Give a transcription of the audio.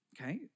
okay